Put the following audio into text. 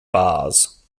bars